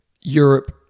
Europe